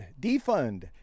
defund